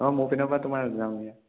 অঁ মোৰ পিনৰ পৰা তোমাৰ যাম দিয়া